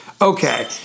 Okay